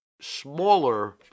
smaller